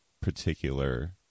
particular